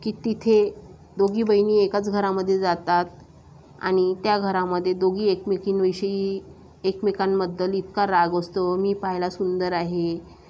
की तिथे दोघी बहिणी एकाच घरामध्ये जातात आणि त्या घरामध्ये दोघी एकमेकींविषयी एकमेकांबद्दल इतका राग असतो मी पाहायला सुंदर आहे